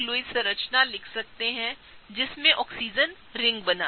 तो हम और अधिकलुईस संरचना लिख सकते हैं जिसमें आक्सीजन रिंग बनाता है